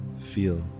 feel